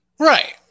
Right